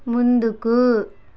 ముందుకు